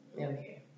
okay